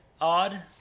odd